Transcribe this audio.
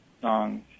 songs